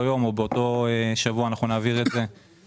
יום או באותו שבוע אנחנו נעביר את זה